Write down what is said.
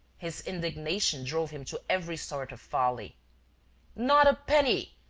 his indignation drove him to every sort of folly not a penny!